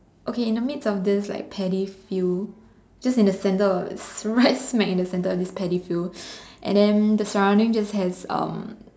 okay in the midst of this like paddy field just in the centre of it's right smack in the centre of this paddy field and then the surrounding just has um